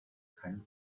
kein